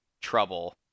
trouble